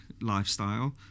lifestyle